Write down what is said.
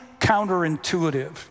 counterintuitive